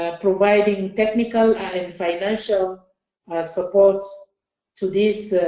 ah providing technical and and financial support to this,